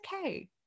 okay